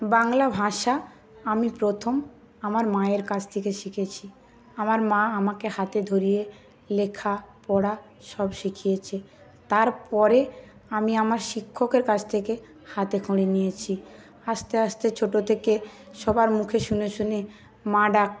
বাংলা ভাষা আমি প্রথম আমার মায়ের কাছ থেকে শিখেছি আমার মা আমাকে হাতে ধরিয়ে লেখা পড়া সব শিখিয়েছে তারপরে আমি আমার শিক্ষকের কাছ থেকে হাতে খড়ি নিয়েছি আস্তে আস্তে ছোটো থেকে সবার মুখে শুনে শুনে মা ডাক